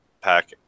pack